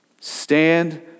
Stand